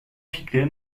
fikri